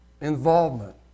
involvement